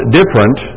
different